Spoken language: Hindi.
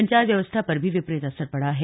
संचार व्यवस्था पर भी विपरीत असर पड़ा है